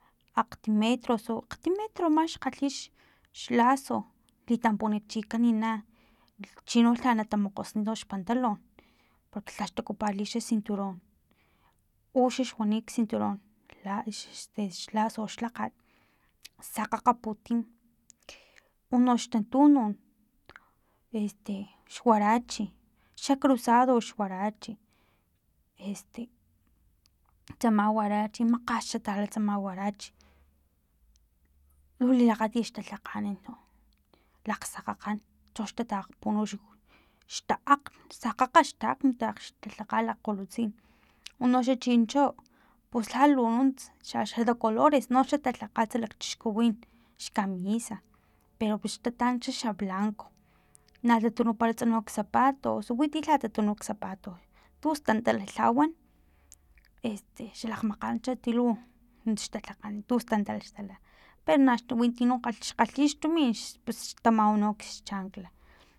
Akgtim metro osu akgtim metro max kgalhi xlaso litampunuchikan chino lha na tamokgosni nox pantalon porque lhax taocuparli xa cinturon uxax wani xcinturan lax laso xlhakgat sakgakga putim unox tatanut este xhuarache xa cruzado ux huarache este tsama warache makgas xa tala tsama huarache lu lilakgatit xtalhakganan lakgsakgakgan chox tatakpunu xtaakgn sakgakga xtaakgn xtalhakga lakgolutsin unoxa chinchi pus lhakununts xa xa de colores noxa talhakgats no lakchixkuwin xkamisa pero xtatan xa xablanco na tatunuparasta no kzapato osu wi ti lha tatunu kzapato tustantal lhawan este xalakgmakan xa tilu nuntsa xtalhakganan tustantal xtala pero na win tino kga xkgalhi xtumin ps pus xtamawa no xchancla